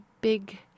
big